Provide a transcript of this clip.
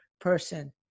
person